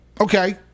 Okay